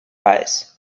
weiß